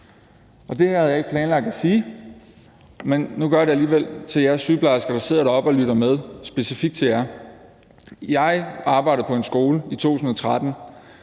Jeg har ikke planlagt at sige det her, men nu gør jeg det alligevel, specifikt til jer sygeplejersker, der sidder deroppe og lytter med: Jeg arbejdede på en skole i 2012